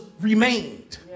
remained